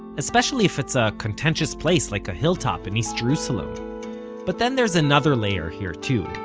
especially if it's a contentious place like a hilltop in east jerusalem but then there's another layer here too.